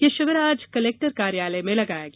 यह शिविर आज कलेक्टर कार्यालय में लगाया गया